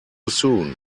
soon